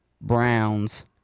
Browns